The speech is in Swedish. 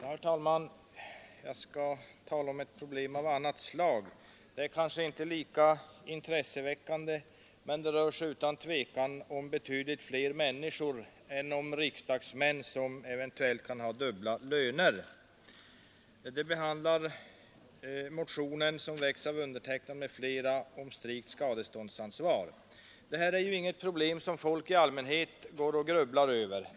Herr talman! Jag skall tala om ett problem av annat slag. Det är kanske inte lika intresseväckande som det förra ärendet, men det rör sig utan tvivel om betydligt fler människor än om riksdagsmän som eventuellt kan ha dubbla löner. Det gäller frågan om strikt skadeståndsansvar i motionen som väckts av mig och några andra. Det här är ju inget problem som folk i allmänhet går och grubblar över.